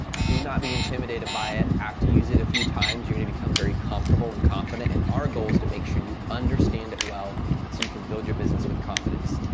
do not be intimidated by it. after you use it a few times, you're gonna become very comfortable and confident, and our goal is to make sure you understand it well, so you can build your business with confidence.